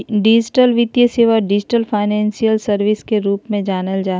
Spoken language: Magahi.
डिजिटल वित्तीय सेवा, डिजिटल फाइनेंशियल सर्विसेस के रूप में जानल जा हइ